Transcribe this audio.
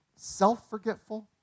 self-forgetful